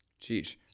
Jeez